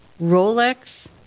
Rolex